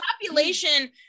population